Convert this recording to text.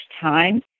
time